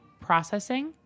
processing